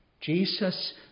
Jesus